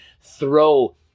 throw